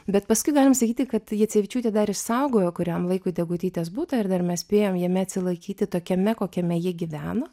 bet paskui galim sakyti kad jacevičiūtė dar išsaugojo kuriam laikui degutytės butą ir dar mes spėjom jame atsilaikyti tokiame kokiame ji gyveno